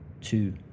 two